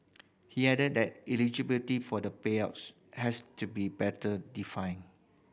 he added that eligibility for the payouts has to be better defined